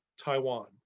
Taiwan